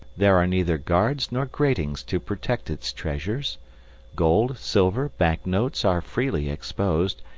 there are neither guards nor gratings to protect its treasures gold, silver, banknotes are freely exposed,